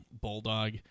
bulldog